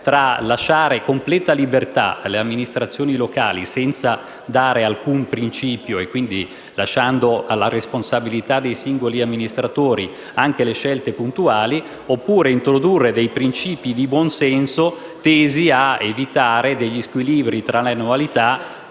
tra lasciare completa libertà alle amministrazioni locali senza dare alcun principio e, quindi, lasciare alla responsabilità dei singoli amministratori anche le scelte puntuali oppure introdurre principi di buonsenso, tesi a evitare squilibri tra le annualità,